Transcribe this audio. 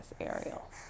Ariel